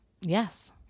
Yes